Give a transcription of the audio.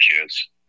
kids